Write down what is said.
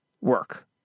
work